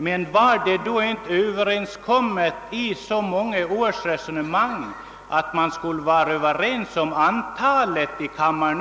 Men är det inte också överenskommet efter så många års resonemang att man skulle vara överens om antalet ledamöter i en kammare?